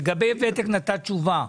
לגבי ותק נתת תשובה.